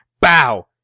Bow